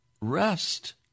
rest